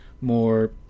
more